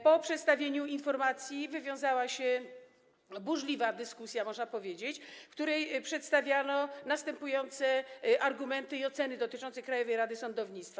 Po przedstawieniu informacji wywiązała się burzliwa dyskusja, można powiedzieć, w której przedstawiano następujące argumenty i oceny dotyczące Krajowej Rady Sądownictwa.